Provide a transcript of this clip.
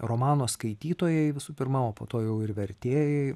romano skaitytojai visų pirma o po to jau ir vertėjai